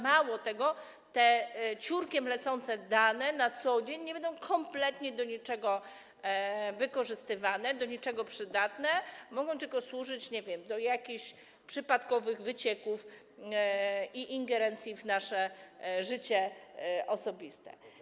Mało tego, te ciurkiem lecące dane na co dzień nie będą kompletnie do niczego wykorzystywane, do niczego przydatne, mogą tylko służyć, nie wiem, do jakichś przypadkowych wycieków i ingerencji w nasze życie osobiste.